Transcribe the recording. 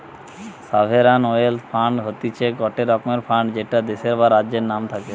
sovereign wealth fund হতিছে গটে রকমের ফান্ড যেটা দেশের বা রাজ্যের নাম থাকে